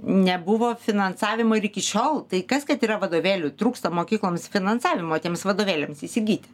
nebuvo finansavimo ir iki šiol tai kas kad yra vadovėlių trūksta mokykloms finansavimo tiems vadovėliams įsigyti